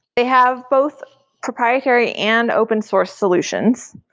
they have both proprietary and open source solutions.